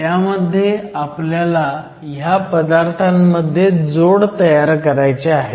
त्यामध्ये आपल्याला ह्या पदार्थांमध्ये जोड तयार करायचे आहेत